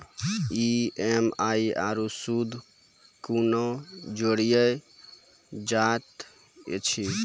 EMI आरू सूद कूना जोड़लऽ जायत ऐछि?